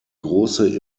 große